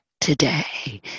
today